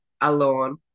alone